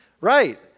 Right